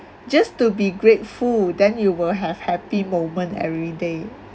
just to be grateful then you will have happy moment every day